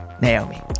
Naomi